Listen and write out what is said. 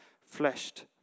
fleshed